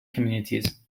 communities